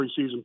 preseason